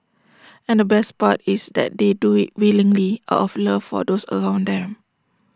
and the best part is that they do IT willingly out of love for those around them